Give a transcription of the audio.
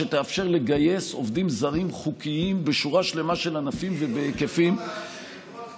שתאפשר לגייס עובדים זרים חוקיים בשורה שלמה של ענפים ובהיקפים גדולים.